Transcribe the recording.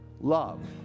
love